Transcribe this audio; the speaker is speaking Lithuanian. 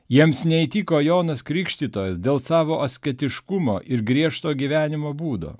jiems neįtiko jonas krikštytojas dėl savo asketiškumo ir griežto gyvenimo būdo